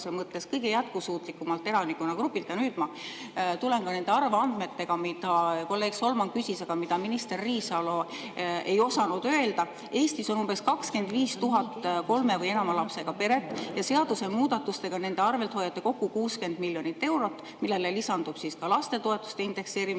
kõige jätkusuutlikumalt elanikkonnagrupilt? Ja nüüd ma tulen ka nende arvandmetega, mida kolleeg Solman küsis, aga mida minister Riisalo ei osanud öelda. Eestis on umbes 25 000 kolme või enama lapsega peret ja seadusemuudatustega nende arvelt hoiate kokku 60 miljonit eurot, millele lisandub ka lastetoetuste indekseerimise